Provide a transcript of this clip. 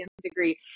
degree